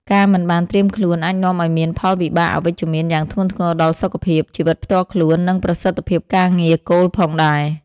ការមិនបានត្រៀមខ្លួនអាចនាំឱ្យមានផលវិបាកអវិជ្ជមានយ៉ាងធ្ងន់ធ្ងរដល់សុខភាព ជីវិតផ្ទាល់ខ្លួន និងប្រសិទ្ធភាពការងារគោលផងដែរ។